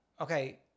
okay